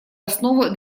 основу